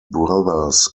brothers